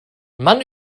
mann